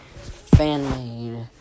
fan-made